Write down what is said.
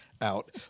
out